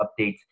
updates